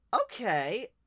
okay